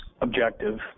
objective